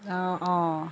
অঁ অঁ